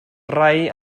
rai